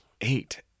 Eight